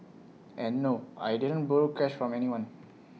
and no I didn't borrow cash from anyone